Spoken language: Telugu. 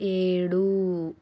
ఏడు